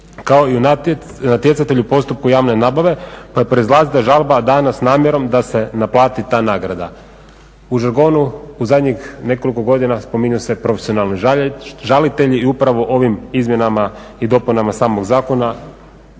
kao i natjecatelj u postupku javne nabave pa proizlazi da je žalba dana s namjerom da se naplati ta nagrada. U žargonu u zadnjih nekoliko godina spominju se profesionalni žalitelji u pravo ovim izmjenama i dopunama samog zakona